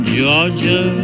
Georgia